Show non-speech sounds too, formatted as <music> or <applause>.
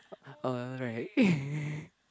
alright <laughs>